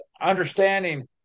understanding